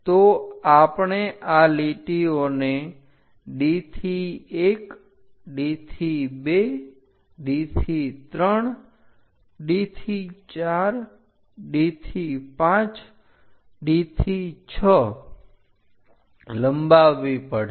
તો આપણે આ લીટીઓને D થી 1 D થી 2 D થી 3 D થી 4 D થી 5 D થી 6 લંબાવવી પડશે